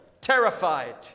terrified